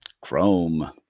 chrome